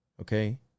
okay